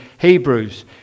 Hebrews